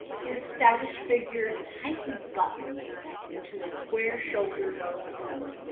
his stoutish figure tightly buttoned into a square-shouldered over-coat,